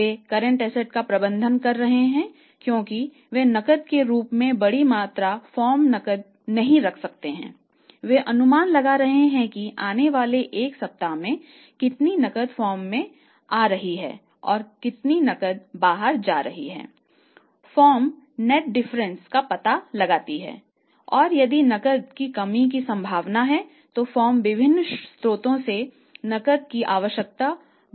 वे current asset का पता लगाती हैऔर यदि नकद की कमी की संभावना है तो फर्म विभिन्न स्रोतों से नकद की आवश्यक व्यवस्था करती है